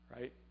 right